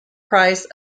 price